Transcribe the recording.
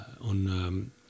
on